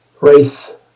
race